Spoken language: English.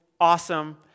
awesome